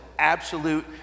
absolute